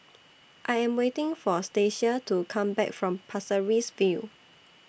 I Am waiting For Stacia to Come Back from Pasir Ris View